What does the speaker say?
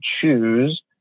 choose